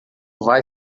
vai